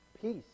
Peace